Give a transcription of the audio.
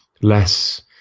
less